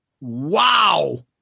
Wow